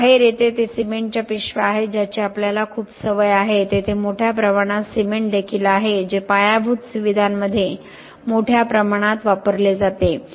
जे बाहेर येते ते सिमेंटच्या पिशव्या आहेत ज्याची आपल्याला खूप सवय आहे तेथे मोठ्या प्रमाणात सिमेंट देखील आहे जे पायाभूत सुविधांमध्ये मोठ्या प्रमाणात वापरले जाते